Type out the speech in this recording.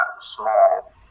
small